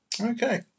Okay